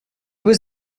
was